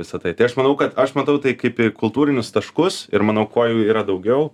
visa tai tai aš manau kad aš matau tai kaip kultūrinius taškus ir manau kuo jų yra daugiau